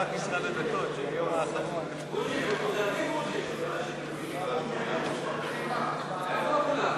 ההסתייגות השנייה של קבוצת סיעת חד"ש לסעיף 1 לא נתקבלה.